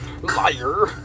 liar